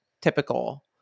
typical